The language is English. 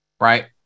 right